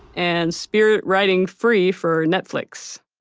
and spirit riding free for netflix